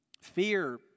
Fear